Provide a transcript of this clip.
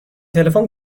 تلفن